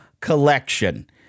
Collection